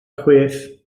chwith